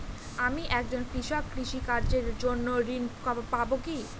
আমি একজন কৃষক কৃষি কার্যের জন্য ঋণ পাব কি?